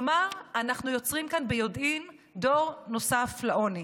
כלומר, אנחנו יוצרים כאן ביודעין דור נוסף לעוני.